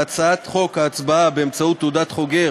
בהצעת חוק הצבעה באמצעות תעודת חוגר